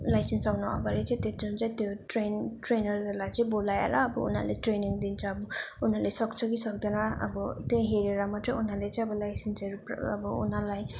licence आउनु अगाडि चाहिँ त्यो जुन चाहिँ त्यो ट्रेन ट्रेनर्सहरूलाई चाहिँ बोलाएर अब उनीहरूले ट्रेनिङ दिन्छ अब उनीहरूले सक्छ कि सक्दैन अब त्यही हेरेर मात्रै उनीहरूले चाहिँ अब लाइसेन्सहरू अब उनीहरूलाई